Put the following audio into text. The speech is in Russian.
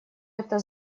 это